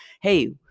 hey